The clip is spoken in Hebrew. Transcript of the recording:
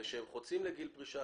וכשהם חוצים את גיל הפרישה,